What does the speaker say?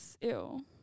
ew